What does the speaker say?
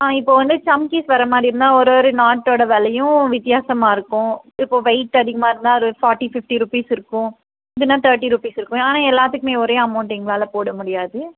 ஆ இப்போ வந்து ஒரு சம்க்கீஸ் வரமாதிரி இருந்தால் ஒரு ஒரு நாட்டோட விலையும் வித்தியாசமாக இருக்கும் இப்போ வெயிட் அதிகமாக இருந்தால் ஒரு ஃபார்ட்டி ஃபிஃப்டி ருப்பீஸ் இருக்கும் இதுன்னா தேர்ட்டி ருப்பீஸ் இருக்கும் ஆனால் எல்லாத்துக்குமே ஒரே அமௌண்ட் எங்களால் போட முடியாது